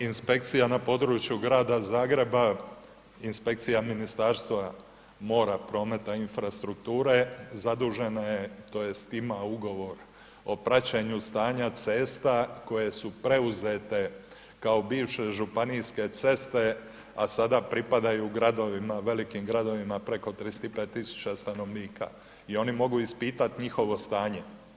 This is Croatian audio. Pa dobro, inspekcija na području Grada Zagreba, inspekcija Ministarstva mora, prometa i infrastrukture zadužena je tj. ima ugovor o praćenju stanja cesta koje su preuzete kao bivše županijske ceste, a sada pripadaju gradovima, velikim gradovima preko 35.000 stanovnika i oni mogu ispitati njihovo stanje.